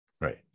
Right